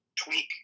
tweak